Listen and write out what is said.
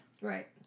Right